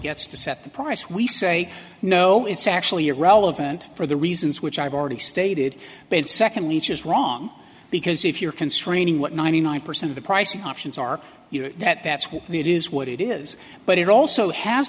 gets to set the price we say no it's actually irrelevant for the reasons which i've already stated but secondly just wrong because if you're constraining what ninety nine percent of the pricing options are you know that that's what it is what it is but it also has